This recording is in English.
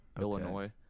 illinois